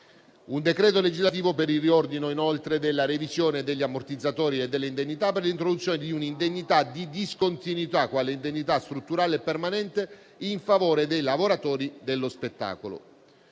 un decreto legislativo per il riordino della revisione degli ammortizzatori e delle indennità per l'introduzione di un'indennità di discontinuità quale indennità strutturale e permanente in favore dei lavoratori dello spettacolo.